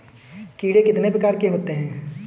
कीड़े कितने प्रकार के होते हैं?